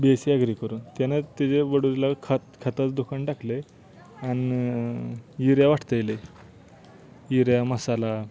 BSc agri करून त्यानं त्याचं वडूजला खत खताचं दुकान टाकलं आहे आणि युरिया वाटत आहे लई युरिया मसाला